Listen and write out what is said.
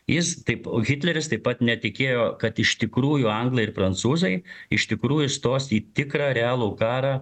jis taip hitleris taip pat netikėjo kad iš tikrųjų anglai ir prancūzai iš tikrųjų įstos į tikrą realų karą